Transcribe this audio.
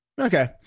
Okay